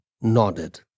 nodded